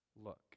Look